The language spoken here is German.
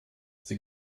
sie